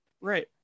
Right